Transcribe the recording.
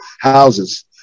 houses